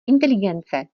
inteligence